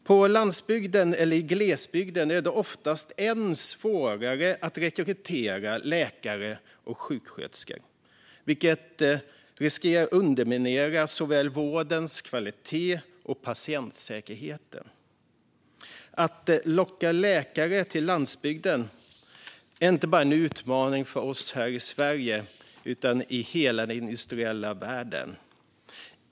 På landsbygden eller i glesbygden är det ofta än svårare att rekrytera läkare och sjuksköterskor, vilket riskerar att underminera såväl vårdens kvalitet som patientsäkerheten. Att locka läkare till landsbygden är inte bara en utmaning för oss här i Sverige utan i hela den industriella världen.